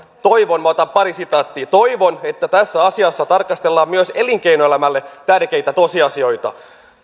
otan pari sitaattia toivon että tässä asiassa tarkastellaan myös elinkeinoelämälle tärkeitä tosiasioita